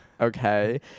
Okay